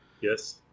Yes